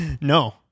No